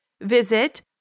visit